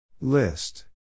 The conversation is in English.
List